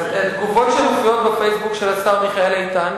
אז תגובות שמופיעות ב"פייסבוק" של השר מיכאל איתן,